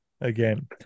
again